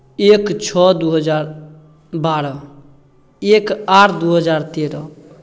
एक छओ दू हजार बारह एक आठ दू हजार तेरह